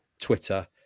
Twitter